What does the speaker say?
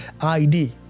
ID